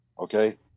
Okay